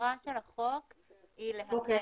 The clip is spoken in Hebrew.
המטרה של החוק היא להקל.